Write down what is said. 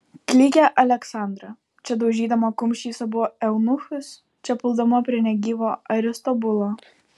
klykė aleksandra čia daužydama kumščiais abu eunuchus čia puldama prie negyvo aristobulo